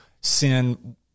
sin